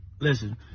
listen